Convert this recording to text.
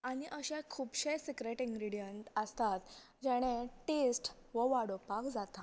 आनी अशे खुबशे सिक्रेट इनग्रीडियंट आसतात जेणे टेस्ट हो वाडोवपाक जाता